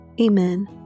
Amen